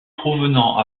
provenant